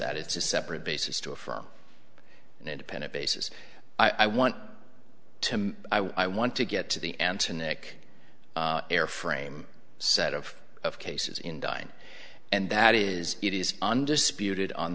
that it's a separate basis to affirm an independent basis i want to i want to get to the answer nick airframe set of of cases in die and that is it is undisputed on